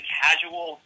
casual